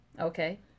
Okay